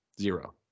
Zero